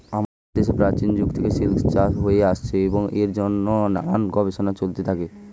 আমাদের দেশে প্রাচীন যুগ থেকে সিল্ক চাষ হয়ে আসছে এবং এর জন্যে নানান গবেষণা চলতে থাকে